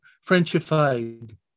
Frenchified